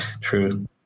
True